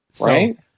right